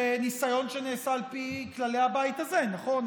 ניסיון שנעשה על פי כללי הבית הזה, נכון?